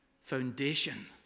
foundation